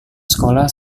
sekolah